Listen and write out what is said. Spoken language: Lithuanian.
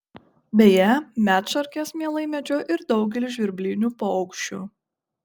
beje medšarkės mielai medžioja ir daugelį žvirblinių paukščių